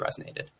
resonated